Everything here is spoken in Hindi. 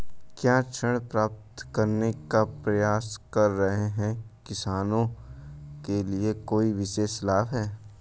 क्या ऋण प्राप्त करने का प्रयास कर रहे किसानों के लिए कोई विशेष लाभ हैं?